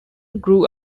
grew